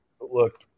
look